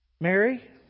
Mary